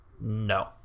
No